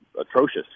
atrocious